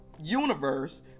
universe